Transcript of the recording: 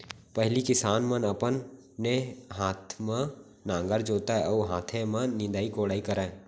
पहिली किसान मन अपने हाथे म नांगर जोतय अउ हाथे म निंदई कोड़ई करय